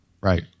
Right